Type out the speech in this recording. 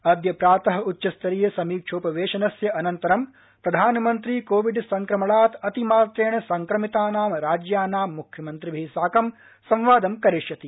अद्य प्रातः उच्चस्तरीय समीक्षोपवेशनस्य अनन्तरं प्रधानमन्त्री कोविड संक्रमणात् अतिमात्रेण संक्रमितानां राज्यनां मुख्यमन्त्रिभिः साकं संवादं करिष्यति